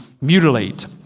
mutilate